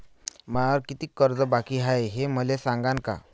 मायावर कितीक कर्ज बाकी हाय, हे मले सांगान का?